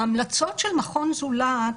ההמלצות של מכון "זולת"